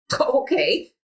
okay